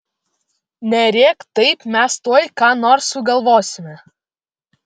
nerėk taip mes tuoj ką nors sugalvosime